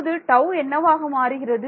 இப்போது τ என்னவாக மாறுகிறது